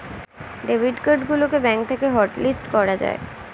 debit card গুলোকে bank থেকে hotlist করা যায়